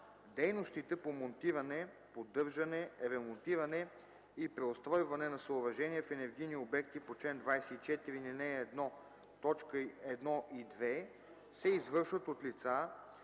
Дейностите по монтиране, поддържане, ремонтиране и преустройване на съоръжения в енергийни обекти по чл. 24, ал. 1, т. 1 и 2 се извършват от лица,